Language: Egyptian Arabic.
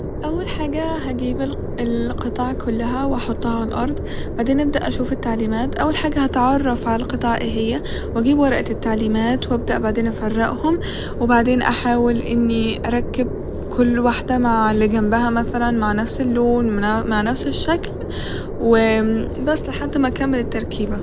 أول حاجة هجيب ال- القطع كلها وأحطها على الأرض بعدين أبدأ أِشوف التعليمات أول حاجة هتعرف ع القطع ايه هي واجيب ورقة العليمات وابدأ بعدين افرقهم و بعدين احاول اني اركب كل واحدة مع اللي جنبها مثلا مع نفس اللون من- مع نفس الشكل بس لحد ما أكمل التركيبة